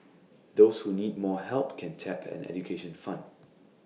those who need more help can tap an education fund